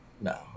no